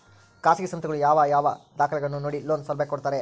ಖಾಸಗಿ ಸಂಸ್ಥೆಗಳು ನಮ್ಮ ಯಾವ ಯಾವ ದಾಖಲೆಗಳನ್ನು ನೋಡಿ ಲೋನ್ ಸೌಲಭ್ಯ ಕೊಡ್ತಾರೆ?